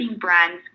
brands